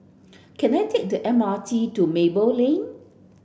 can I take the M R T to Maple Lane